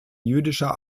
jüdischer